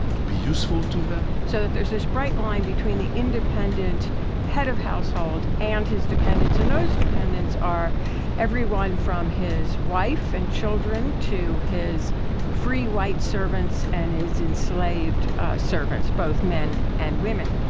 to be useful to them, so that there's this bright line between the independent head of household and his dependents, and those dependents are everyone from his wife and children to his free white servants and his enslaved servants, both men and women.